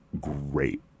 great